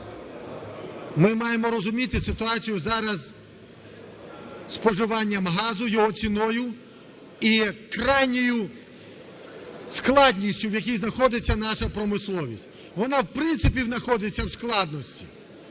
ми маємо розуміти ситуацію зараз із споживанням газу, його ціною і крайньою складністю, в якій знаходиться наша промисловість. Вона, в принципі, знаходиться в складності,